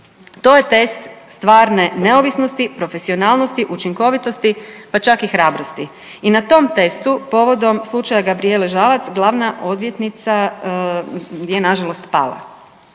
To je test stvarne neovisnosti, profesionalnosti, učinkovitosti, pa čak i hrabrosti. I na tom testu povodom slučaja Gabrijele Žalac glavna odvjetnica je na žalost pala.